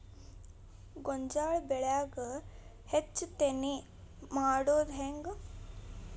ಗೋಂಜಾಳ ಬೆಳ್ಯಾಗ ಹೆಚ್ಚತೆನೆ ಮಾಡುದ ಹೆಂಗ್?